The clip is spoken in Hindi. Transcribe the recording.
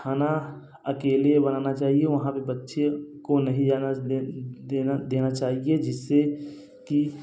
खाना अकले बनाना चाहिए वहाँ पर बच्चे को नहीं जाना दे देना देना चाहिए जिससे कि